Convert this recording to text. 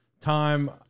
time